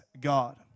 God